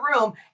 room